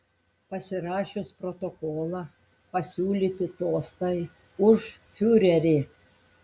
pasirašius protokolą pasiūlyti tostai už fiurerį